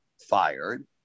fired